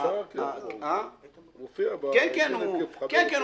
הוא הופיע --- כן, כן.